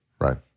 Right